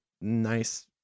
nice